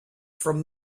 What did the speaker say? from